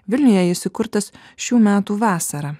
vilniuje jis įkurtas šių metų vasarą